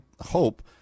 hope